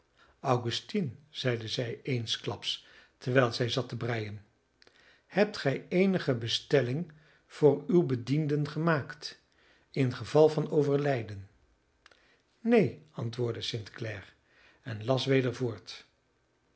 augustine zeide zij eensklaps terwijl zij zat te breien hebt gij eenige bestelling voor uw bedienden gemaakt in geval van overlijden neen antwoordde st clare en las weder voort